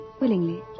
willingly